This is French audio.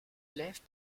élèves